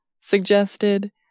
suggested